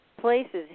places